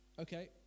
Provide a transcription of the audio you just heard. Okay